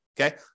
Okay